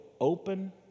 open